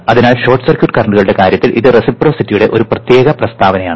അതിനാൽ short circuit കറന്റുകളുടെ കാര്യത്തിൽ ഇത് റെസിപ്രൊസിറ്റിയുടെ ഒരു പ്രത്യേക പ്രസ്താവനയാണ്